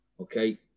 Okay